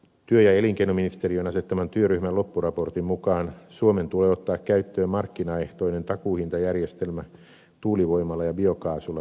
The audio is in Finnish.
työ ja elinkeinoministeriön asettaman työryhmän loppuraportin mukaan suomen tulee ottaa käyttöön markkinaehtoinen takuuhintajärjestelmä tuulivoimalla ja biokaasulla tuotetulle sähkölle